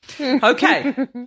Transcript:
Okay